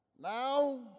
Now